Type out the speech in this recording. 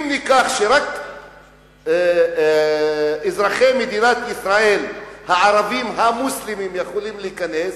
אם רק אזרחי מדינת ישראל הערבים המוסלמים יכולים להיכנס,